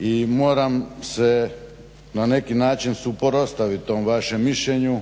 i moram se na neki način suprotstavit tom vašem mišljenju